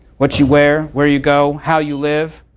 what you wear, where you go, how you live,